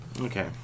Okay